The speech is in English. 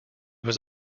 was